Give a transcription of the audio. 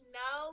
no